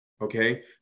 Okay